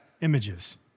images